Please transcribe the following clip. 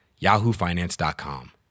yahoofinance.com